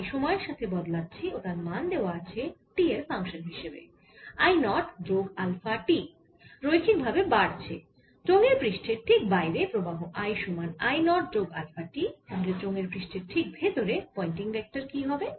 I সময়ের সাথে বদলাচ্ছে ও তার মান দেওয়া আছে t এর ফাংশান হিসেবে I নট যোগ আলফা t রৈখিক ভাবে বাড়ছে চোঙের পৃষ্ঠের ঠিক বাইরে প্রবাহ I সমান I নট যোগ আলফা t তাহলে চোঙের পৃষ্ঠের ঠিক ভেতরে পয়েন্টিং ভেক্টর কি হবে